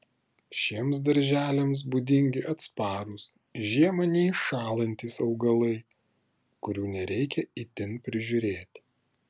šiems darželiams būdingi atsparūs žiemą neiššąlantys augalai kurių nereikia itin prižiūrėti